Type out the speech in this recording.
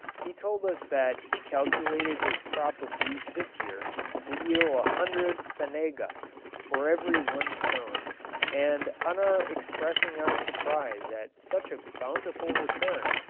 he told us that he calculated his crop of wheat this year would yield a hundred fanegas for every one sown and, on our expressing our surprise at such a bountiful return,